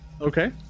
Okay